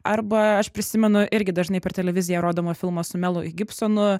arba aš prisimenu irgi dažnai per televiziją rodomą filmą su melu gibsonu